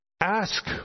ask